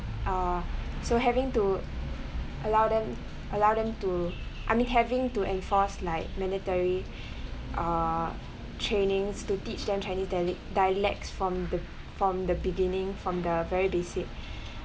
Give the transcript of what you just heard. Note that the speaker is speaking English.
uh so having to allow them allow them to I mean having to enforce like mandatory uh trainings to teach them chinese dialic~ dialects from the from the beginning from the very basic